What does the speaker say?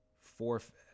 forfeit